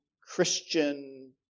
Christian